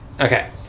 Okay